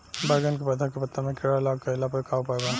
बैगन के पौधा के पत्ता मे कीड़ा लाग गैला पर का उपाय बा?